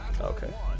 Okay